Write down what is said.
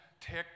take